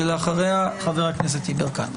ואחריה חבר הכנסת יברקן.